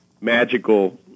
magical